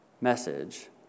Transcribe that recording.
message